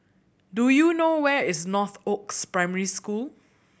do you know where is Northoaks Primary School